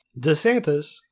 DeSantis